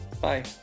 Bye